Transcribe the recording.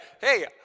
hey